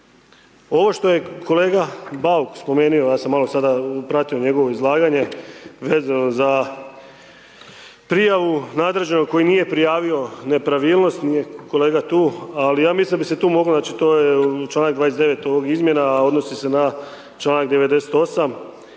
Ovo što je kolega Bauk spomenuo, ja sam malo sada pratio njegovo izlaganje, vezano za prijavu nadređenog koji nije prijavio nepravilnost kolega tu, ali ja mislim da bi se tu moglo, znači to je članak 29. ovih izmjena a odnosi se na članak 98.,